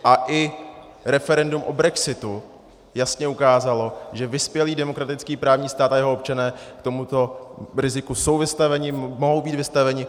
A i referendum o brexitu jasně ukázalo, že vyspělý demokratický právní stát a jeho občané tomuto riziku jsou vystaveni, mohou být vystaveni.